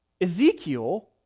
Ezekiel